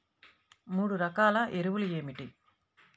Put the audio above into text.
మూడు రకాల ఎరువులు ఏమిటి?